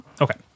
okay